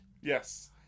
Yes